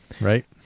right